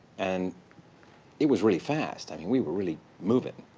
and it was really fast. i mean, we were really moving.